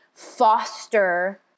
foster